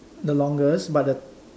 the longest but the